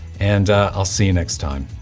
and i'll see you next time.